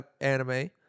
anime